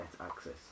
access